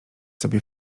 sobie